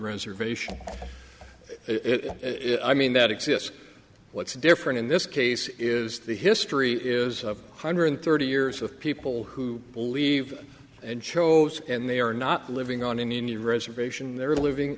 reservation i mean that exists what's different in this case is the history is of hundred thirty years of people who believe and chose and they are not living on an indian reservation they're living